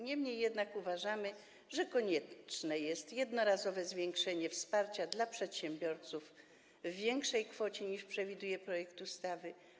Niemniej jednak uważamy, że konieczne jest jednorazowe zwiększenie wsparcia dla przedsiębiorców - w większej kwocie, niż przewiduje to projekt ustawy.